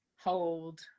hold